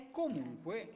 comunque